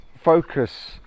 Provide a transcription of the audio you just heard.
Focus